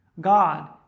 God